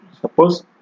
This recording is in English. Suppose